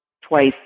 twice